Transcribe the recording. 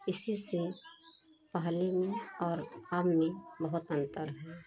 इसी से पहले में और अब में बहुत अंतर है